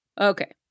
Okay